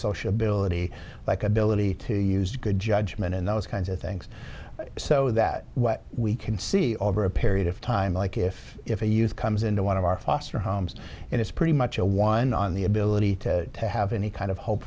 sociability like ability to use good judgment and those kinds of things so that what we can see over a period of time like if if they use comes into one of our foster homes and it's pretty much a one on the ability to have any kind of hope